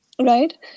right